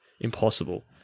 impossible